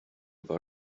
war